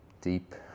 deep